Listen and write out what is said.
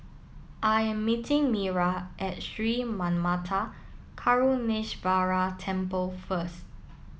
I am meeting Mira at Sri Manmatha Karuneshvarar Temple first